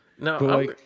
No